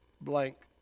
blank